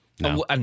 No